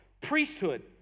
priesthood